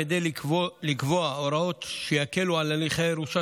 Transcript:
כדי לקבוע הוראות שיקלו על הליכי הירושה